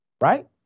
right